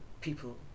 people